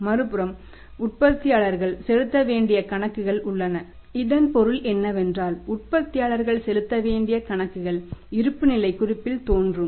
மறுபுறம் உற்பத்தியாளர்கள் செலுத்த வேண்டிய கணக்குகள் உள்ளன இதன் பொருள் என்னவென்றால் உற்பத்தியாளர்கள் செலுத்த வேண்டிய கணக்குகள் இருப்புநிலைக் குறிப்பில் தோன்றும்